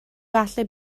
falle